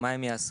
מה הן יעשו?